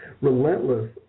relentless